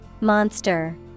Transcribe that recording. monster